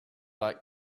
like